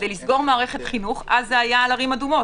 כדי לסגור מערכת החינוך אז זה היה על ערים אדומות,